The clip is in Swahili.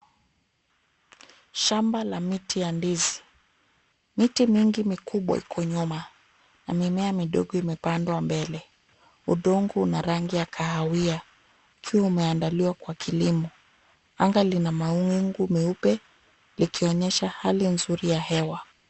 Shamba la miti ya ndizi. Miti mingi mikubwa iko nyuma na mimea midogo imepandwa mbele. Udongo una rangi ya kahawia, ukiwa umeandaliwa kwa kilimo. Anga lina mawingu meupe likionyesha hali nzuri ya hewa.